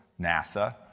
NASA